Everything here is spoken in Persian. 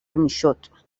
میشد